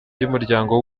ry’umuryango